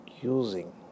using